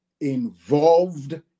involved